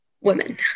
women